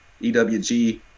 EWG